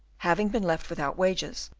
having been left without wages,